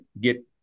get